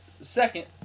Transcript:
second